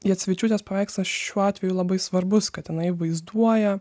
jacevičiūtės paveikslas šiuo atveju labai svarbus kad jinai vaizduoja